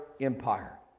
empire